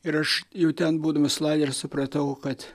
ir aš jau ten būdamas lagery supratau kad